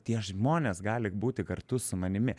tie žmonės gali būti kartu su manimi